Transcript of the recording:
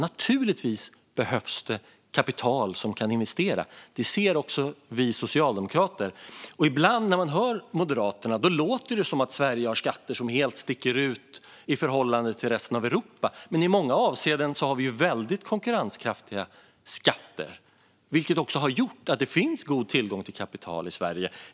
Naturligtvis behövs det kapital som kan investeras. Det ser också vi socialdemokrater. Ibland när man hör Moderaterna låter det som att Sverige har skatter som helt sticker ut i förhållande till resten av Europa. Men i många avseenden har vi väldigt konkurrenskraftiga skatter, vilket också har gjort att det finns god tillgång till kapital i Sverige.